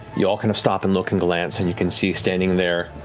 you all kind of stop and look and glance and you can see standing there,